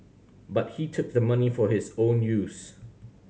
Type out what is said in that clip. but he took the money for his own use